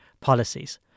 policies